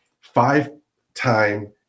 five-time